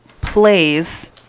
plays